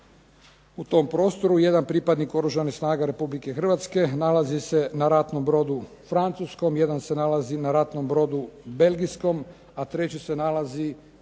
u tom prostoru. Jedan pripadnik Oružanih snaga Republike Hrvatske nalazi se na ratnom brodu francuskom, jedan se nalazi na ratnom brodu belgijskom a treći se nalazi